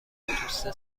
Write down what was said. توسه